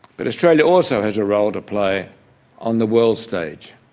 but australia also has a role to play on the world stage.